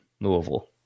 Louisville